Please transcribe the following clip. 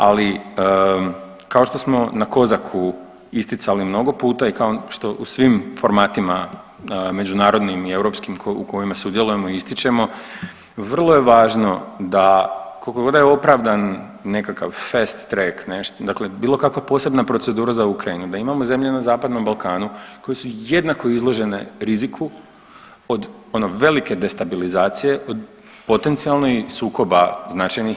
Ali kao što smo na COSAC-u isticali mnogo puta i kao što u svim formatima međunarodnim i europskim u kojima sudjelujemo ističemo, vrlo je važno da koliko god da je opravdan nekakav fest trejk, dakle bilo kakva posebna procedura za Ukrajinu, da imamo zemlje na Zapadnom Balkanu koje su jednako izložene riziku od ono velike destabilizacije od potencijalnih sukoba značajnih.